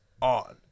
on